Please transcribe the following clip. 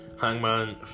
Hangman